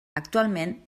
actualment